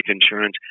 insurance